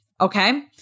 Okay